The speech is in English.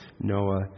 Noah